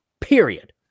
period